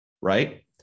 right